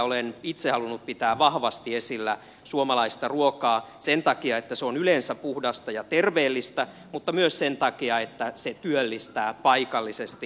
olen itse halunnut pitää vahvasti esillä suomalaista ruokaa sen takia että se on yleensä puhdasta ja terveellistä mutta myös sen takia että se työllistää paikallisesti